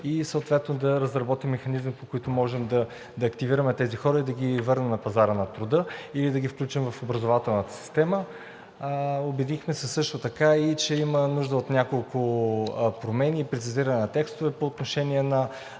и съответно да разработи механизмите, с които можем да активираме тези хора и да ги върнем на пазара на труда или да ги включим в образователната система. Убедихме се също така, че има нужда от няколко промени, прецизиране на текстове по отношение на